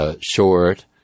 short